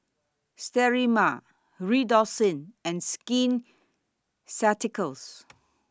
Sterimar Redoxon and Skin Ceuticals